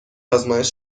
آزمایش